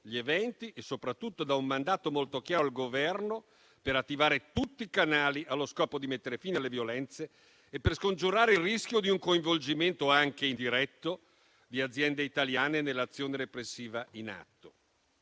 gli eventi e soprattutto dà un mandato molto chiaro al Governo per attivare tutti i canali allo scopo di mettere fine alle violenze e per scongiurare il rischio di un coinvolgimento anche indiretto di aziende italiane nell'azione repressiva in atto.